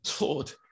Lord